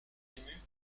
émues